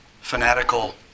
fanatical